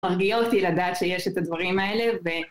מרגיע אותי לדעת שיש את הדברים האלה ו...